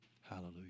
Hallelujah